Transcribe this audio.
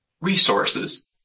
resources